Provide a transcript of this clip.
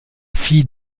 fille